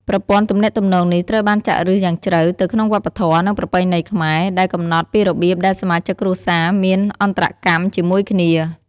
ប្រព័ន្ធទំនាក់ទំនងនេះត្រូវបានចាក់ឫសយ៉ាងជ្រៅទៅក្នុងវប្បធម៌ និងប្រពៃណីខ្មែរ ដែលកំណត់ពីរបៀបដែលសមាជិកគ្រួសារមានអន្តរកម្មជាមួយគ្នា។